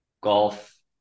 golf